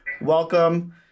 Welcome